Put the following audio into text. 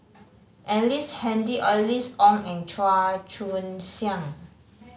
Ellice Handy Alice Ong and Chua Joon Siang